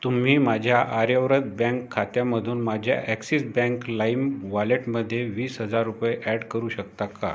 तुम्ही माझ्या आर्यव्रत बँक खात्यामधून माझ्या ॲक्सिस बँक लाईम वॉलेटमध्ये वीस हजार रुपये ॲड करू शकता का